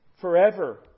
forever